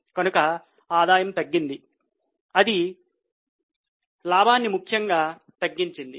కనుక ఆదాయం తగ్గింది అది లాభాన్ని ముఖ్యంగా తగ్గించింది